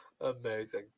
Amazing